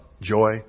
joy